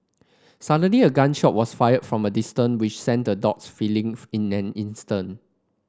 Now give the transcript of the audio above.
suddenly a gun shot was fired from a distance which sent the dogs fleeing in an instant